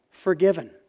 forgiven